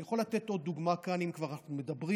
אני יכול לתת עוד דוגמה כאן, אם כבר אנחנו מדברים.